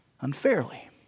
unfairly